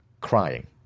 crying